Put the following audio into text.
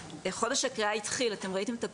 חודש הקריאה התחיל, אתם ראיתם את הפרסומים.